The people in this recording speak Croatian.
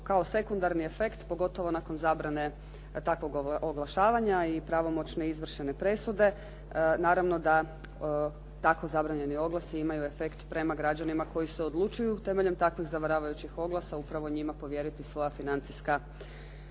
kao sekundarni efekt pogotovo nakon zabrane takvog oglašavanja i pravomoćne izvršene presude. Naravno da tako zabranjeni oglasi imaju efekt prema građanima koji se odlučuju temeljem takvih zavaravajućih oglasa upravo njima povjeriti svoja financijska